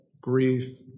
grief